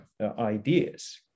ideas